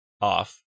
off